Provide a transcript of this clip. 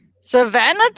Savannah